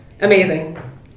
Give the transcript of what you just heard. Amazing